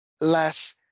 less